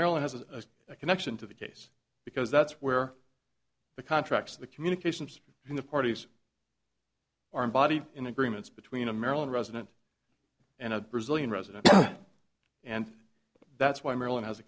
maryland as a connection to the case because that's where the contracts the communications in the parties are embodied in agreements between a maryland resident and a brazilian resident and that's why maryland has a